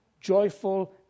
joyful